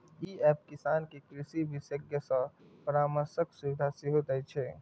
ई app किसान कें कृषि विशेषज्ञ सं परामर्शक सुविधा सेहो दै छै